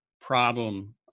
problem